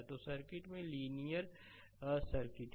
तो सर्किट में linear circuit है